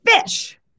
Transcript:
fish